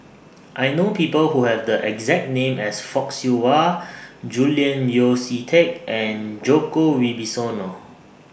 I know People Who Have The exact name as Fock Siew Wah Julian Yeo See Teck and Djoko Wibisono